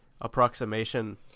approximation